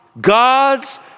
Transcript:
God's